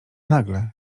nagle